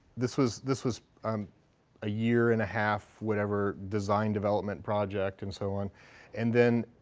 this was this was um a year and a half, whatever, design development project and so on and then,